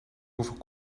hoeveel